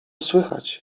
słychać